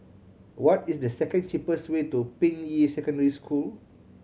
what is the second cheapest way to Ping Yi Secondary School